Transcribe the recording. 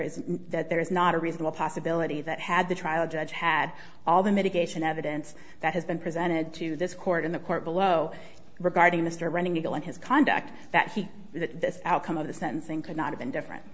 is that there is not a reasonable possibility that had the trial judge had all the mitigation evidence that has been presented to this court in the court below regarding mr running legal and his conduct that he the outcome of the sentencing could not have been different